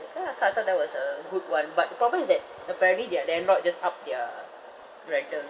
ya so I thought that was a good [one] but the problem is that apparently their landlord just up their rental